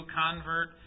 convert